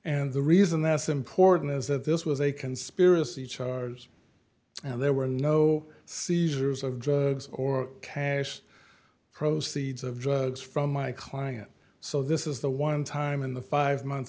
and the reason that's important is that this was a conspiracy charges and there were no seizures of drugs or cash proceeds of drugs from my client so this is the one time in the five month